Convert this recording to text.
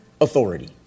authority